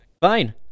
fine